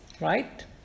Right